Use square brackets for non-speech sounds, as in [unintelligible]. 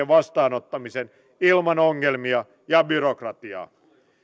[unintelligible] vastaanottamisen ilman ongelmia ja byrokratiaa